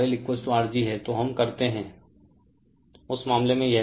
तो हम करते हैं रेफेर टाइम 2328 उस मामले में यह था